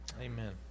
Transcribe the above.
Amen